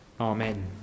Amen